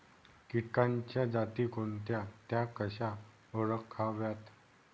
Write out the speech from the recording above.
किटकांच्या जाती कोणत्या? त्या कशा ओळखाव्यात?